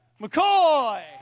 McCoy